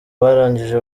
barangije